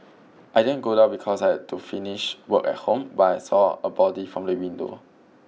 I didn't go down because I had to finish work at home but I saw a body from the window